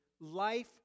life